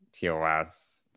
TOS